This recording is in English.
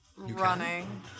Running